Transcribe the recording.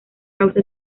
causa